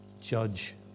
judge